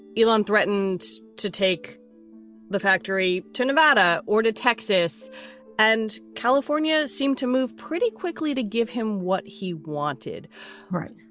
elan threatened to take the factory to nevada or to texas and california seemed to move pretty quickly to give him what he wanted. all right.